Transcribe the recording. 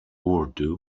urdu